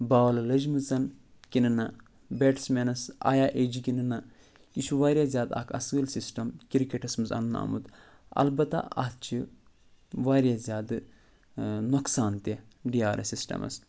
بال لٔجمٕژ کِنہٕ نہ بیٹٕسمینَس آیا ایٚج کِنہٕ نہ یہِ چھُ واریاہ زیادٕ اَکھ اَصٕل سِسٹَم کِرکَٹَس منٛز اَنٛنہٕ آمُت البتہ اَتھ چھِ واریاہ زیادٕ نۄقصان تہِ ڈی آر اٮ۪س سِسٹَمَس